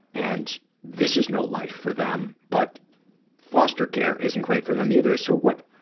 and this is no life for them, but foster care isn't great for them either. so what,